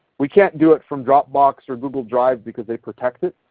we can't do it from dropbox or google drive because they protect it.